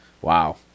Wow